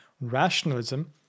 rationalism